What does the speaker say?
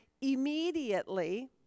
immediately